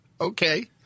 Okay